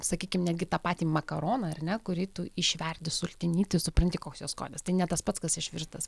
sakykim netgi tą patį makaroną ar ne kurį tu išverdi sultiny tu supranti koks jo skonis tai ne tas pats kas išvirtas